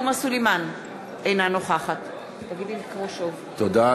אינה נוכחת עאידה תומא סלימאן, אינה נוכחת תודה.